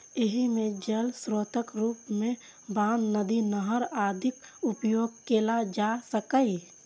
एहि मे जल स्रोतक रूप मे बांध, नदी, नहर आदिक उपयोग कैल जा सकैए